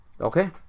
Okay